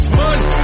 money